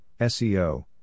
SEO